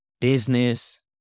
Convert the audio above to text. business